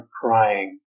crying